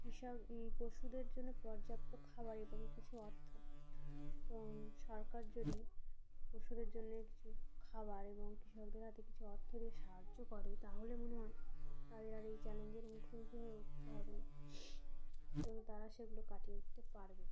কৃষক পশুদের জন্য পর্যাপ্ত খাবার এবং কিছু অর্থ তো সরকার যদি পশুদের জন্য কিছু খাবার এবং কৃষকদের হাতে কিছু অর্থ দিয়ে সাহায্য করে তাহলে মনে হয় তাদের আর এই চ্যালেঞ্জের মুখোমুখি হয়ে উঠতে হবে না এবং তারা সেগুলো কাটিয়ে উঠতে পারবে